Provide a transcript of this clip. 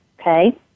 Okay